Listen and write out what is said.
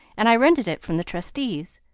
and i rented it from the trustees.